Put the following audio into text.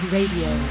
Radio